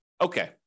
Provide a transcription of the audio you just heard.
okay